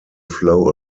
flow